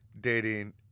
dating